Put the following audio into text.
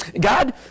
God